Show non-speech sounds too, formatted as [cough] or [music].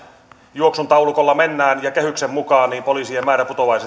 juoksun taulukolla ja kehyksen mukaan poliisien määrä putoaisi [unintelligible]